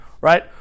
right